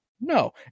no